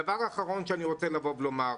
דבר אחרון שאני רוצה לומר.